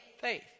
faith